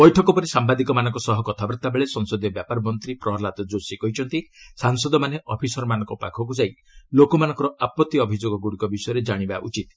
ବୈଠକ ପରେ ସାମ୍ବାଦିକମାନଙ୍କ ସହ କଥାବାର୍ତ୍ତା ବେଳେ ସଂସଦୀୟ ବ୍ୟାପାର ମନ୍ତ୍ରୀ ପ୍ରହଲାଦ ଯୋଶୀ କହିଛନ୍ତି ସାଂସଦମାନେ ଅଫିସରମାନଙ୍କ ପାଖକୁ ଯାଇ ଲୋକମାନଙ୍କର ଆପତ୍ତି ଅଭିଯୋଗଗୁଡ଼ିକ ବିଷୟରେ ଜାଣିବା ଉଚିତ୍